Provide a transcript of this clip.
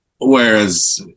whereas